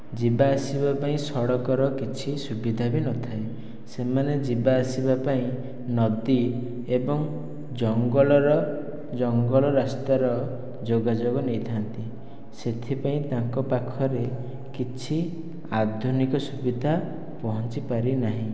ଯିବାଆସିବା ପାଇଁ ସଡ଼କର କିଛି ସୁବିଧା ବି ନଥାଏ ସେମାନେ ଯିବାଆସିବା ପାଇଁ ନଦୀ ଏବଂ ଜଙ୍ଗଲର ଜଙ୍ଗଲ ରାସ୍ତାର ଯୋଗାଯୋଗ ନେଇଥାନ୍ତି ସେଥିପାଇଁ ତାଙ୍କ ପାଖରେ କିଛି ଆଧୁନିକ ସୁବିଧା ପହଞ୍ଚିପାରିନାହିଁ